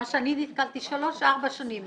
מה שנתקלתי זה שלוש-ארבע שנים.